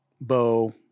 bow